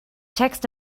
text